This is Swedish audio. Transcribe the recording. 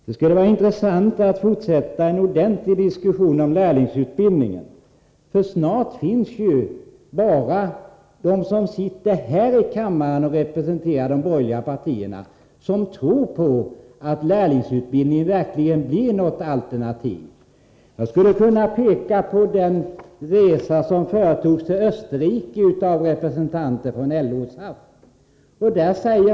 Det skulle vara intressant att fortsätta en ordentlig diskussion om lärlingsutbildningen, för snart tycks det bara vara de som sitter här i kammaren och representerar de borgerliga partierna som tror på att lärlingsutbildning verkligen ger något alternativ. Jag skulle kunna nämna en resa till Österrike som representanter för LO och SAF har företagit.